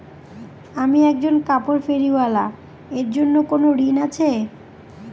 আমি একজন কাপড় ফেরীওয়ালা এর জন্য কোনো ঋণ আছে?